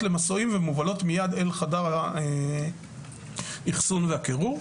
למסועים ומובלות מייד אל חדר האחסון והקירור,